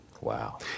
Wow